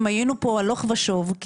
הלוך ושוב,